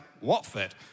Watford